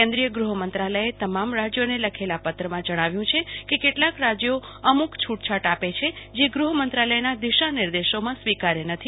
કેન્દ્રિય ગ્રહમંત્રાલયે તમામ રાજયોને લખેલાપત્રમાં જણાવ્યું છેકે કેટલાક રાજયો અમૂક છૂટછાટ આપે છે જે ગહમંત્રાલયના દિશા નિર્દેશોમાં સ્વીકાર્ય નથી